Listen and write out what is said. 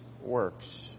works